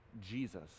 Jesus